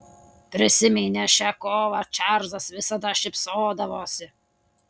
prisiminęs šią kovą čarlzas visada šypsodavosi